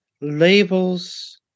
labels